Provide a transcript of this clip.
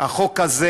החוק הזה